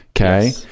Okay